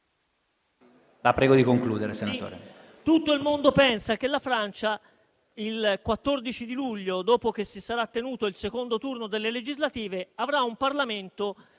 Tutto il mondo si aspetta che la Francia il 14 luglio, dopo che si sarà tenuto il secondo turno delle legislative, avrà un Parlamento